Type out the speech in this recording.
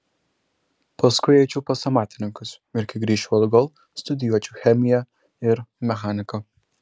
paskui eičiau pas amatininkus ir kai grįžčiau atgal studijuočiau chemiją ir mechaniką